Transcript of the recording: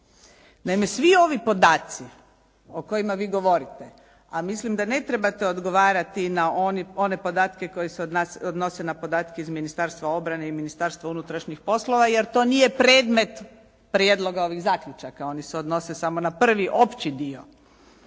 Naime svi ovi podaci o kojima vi govorite a mislim da ne trebate odgovarati na one podatke koji se odnose na podatke iz Ministarstva obrane i Ministarstva unutrašnjih poslova jer to nije predmet prijedloga ovih zaključaka. Oni se odnose samo na prvi opći dio